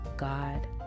God